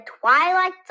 twilight